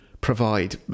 provide